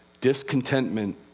discontentment